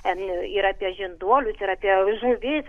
ten ir apie žinduolius ir apie žuvis